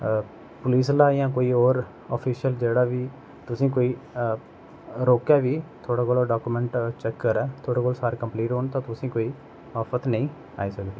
police आह्ला जां कोई होर आफिशियल कोई बी तुसें कोई रोकै बी थुआढ़े कोला डाकुमेंट चैक करै थुआढ़े कोल सारे कम्प्लीट होन तुसें कोई आफत नेई आई सकदी